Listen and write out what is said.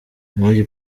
nguyu